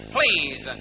Please